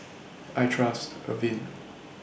I Trust Avene